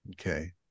okay